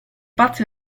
pazzi